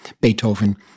Beethoven